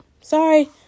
Sorry